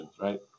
right